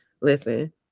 listen